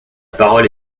parole